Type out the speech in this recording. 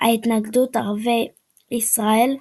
התנגדות ערביי ארץ ישראל,